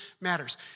matters